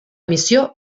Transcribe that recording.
missió